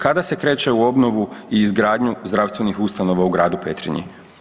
Kada se kreće u obnovu i izgradnju zdravstvenih ustanova u Gradu Petrinji?